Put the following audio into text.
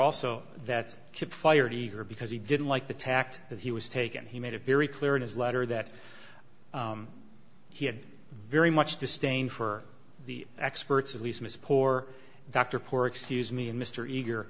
also that chip fired her because he didn't like the tact that he was taken he made it very clear in his letter that he had very much disdain for the experts at least most poor dr poor excuse me and mr eager